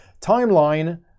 Timeline